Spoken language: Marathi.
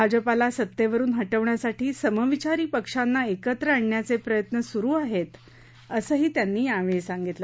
भाजपाला सत्तेवरुन हटवण्यासाठी समविचारी पक्षांना एकत्र आणण्याचे प्रयत्न सुरु आहेत असंही त्यांनी यावेळी सांगितलं